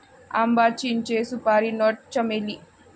आंबा, चिंचे, सुपारी नट, चमेली